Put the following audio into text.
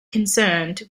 concerned